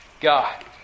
God